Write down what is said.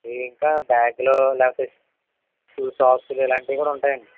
ఇవి ఇంకా బ్యాగులు లేకపోతే షూ సాక్స్లు ఇలాంటివి కూడా ఉంటాయండి